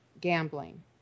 gambling